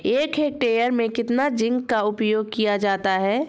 एक हेक्टेयर में कितना जिंक का उपयोग किया जाता है?